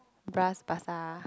Bras Basah